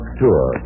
tour